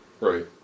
Right